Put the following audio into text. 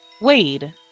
Wade